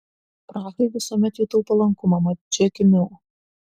prahai visuomet jutau palankumą mat čia gimiau